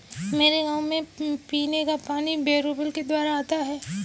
मेरे गांव में पीने का पानी बोरवेल के द्वारा आता है